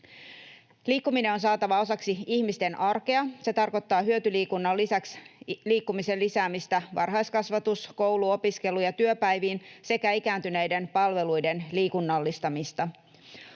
Liikkuminen on saatava osaksi ihmisten arkea. Se tarkoittaa hyötyliikunnan lisäksi liikkumisen lisäämistä varhaiskasvatus-, koulu-, opiskelu- ja työpäiviin sekä ikääntyneiden palveluiden liikunnallistamista.